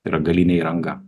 yra galinė įranga